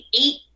eight